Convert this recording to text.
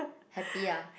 happy ah